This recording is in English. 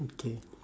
okay